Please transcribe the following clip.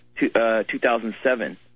2007